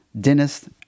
dentist